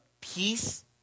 Peace